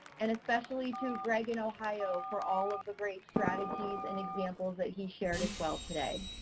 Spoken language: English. and especially to greg in ohio for all of the great strategies and examples that he shared as well today.